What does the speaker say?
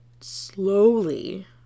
slowly